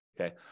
Okay